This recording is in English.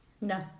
No